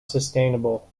sustainable